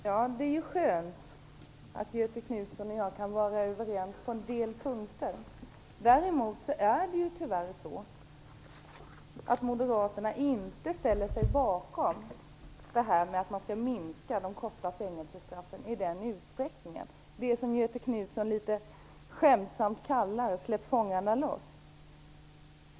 Fru talman! Det är skönt att Göthe Knutson och jag kan vara överens på en del punkter. Däremot ställer Moderaterna sig, tyvärr, inte i samma utsträckning bakom detta med en minskning av de korta fängelsestraffen. Litet skämtsamt säger Göthe Knutson där: Släpp fångarne loss!